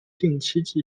定期